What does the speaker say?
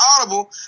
audible